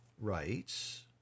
writes